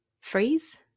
freeze